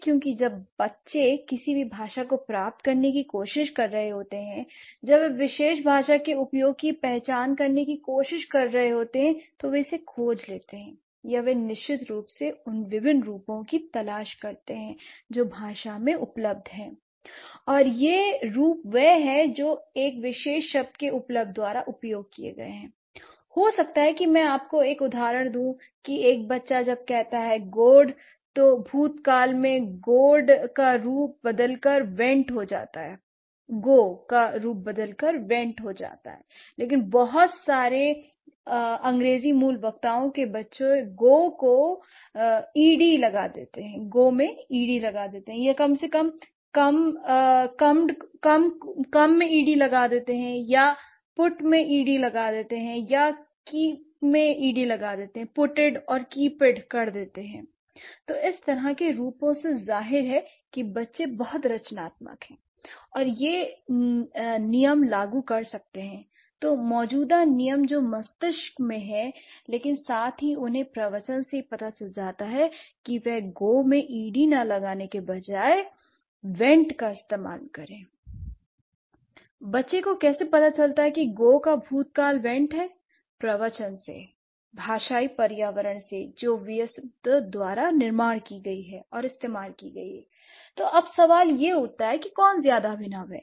क्योंकि जब बच्चे किसी भी भाषा को प्राप्त करने की कोशिश कर रहे होते हैं जब वह विशेष भाषा के उपयोग की पहचान करने की कोशिश कर रहे होते हैं तो वे इसे खोज लेते हैं l या वे निश्चित रूप से उन विभिन्न रूपों की तलाश करते हैं जो भाषा में उपलब्ध हैं l और यह रूप वह हैं जो एक विशेष शब्द के उपलब्ध द्वारा उपयोग किए गए हैं l हो सकता है कि मैं आपको एक उदाहरण दूं कि एक बच्चा जब कहता है गोड तो भूतकाल में गोड का रूप बदलकर वेंट हो जाता है l लेकिन बहुत सारे अंग्रेजी मूल वक्ताओं के बच्चे गो में इ डी लगा देते हैं या कम को कमड या पुत्टेद या कीपैड कर देते हैंl तो इस तरह के रूपों से जाहिर है कि बच्चे बहुत रचनात्मक हैं और वह नियम लागू कर सकते हैं तो मौजूदा नियम जो मस्तिष्क में है लेकिन साथ ही उन्हें प्रवचन से ही पता चल जाता है कि वह गो में ईडी लगाने के बजाय वेंट इस्तेमाल का करें ll बच्चे को कैसे पता चलता है कि गो का भूत काल वेंट है l प्रवचन से भाषाई पर्यावरण से जो व्यस्त द्वारा निर्माण की गई है और इस्तेमाल की गई है l तो अब सवाल यह उठता है कि कौन ज्यादा अभिनव है